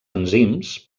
enzims